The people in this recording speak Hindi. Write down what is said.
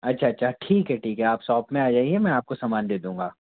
अच्छा अच्छा ठीक है ठीक है आप शोप में आ जाइए मैं आपको सामान दे दूँगा